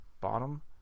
bottom